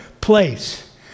place